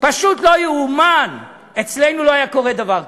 פשוט לא ייאמן, אצלנו לא היה קורה דבר כזה.